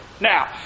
Now